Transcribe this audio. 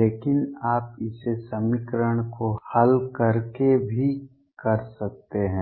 लेकिन आप इसे समीकरण को हल करके भी कर सकते हैं